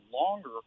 longer